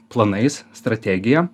planais strategija